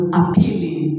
appealing